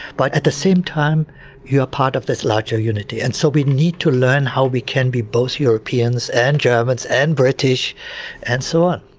but at the same time you are part of this larger unity and so we need to learn how we can be both europeans and germans and british and so on.